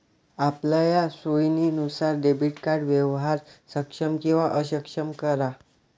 आपलया सोयीनुसार debit card व्यवहार सक्षम किंवा अक्षम करा